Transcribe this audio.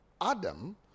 Adam